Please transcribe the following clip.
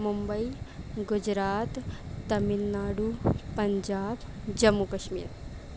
Mumbai Gujarat Tamil Nadu Punjab Jammu Kashmir